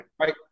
Right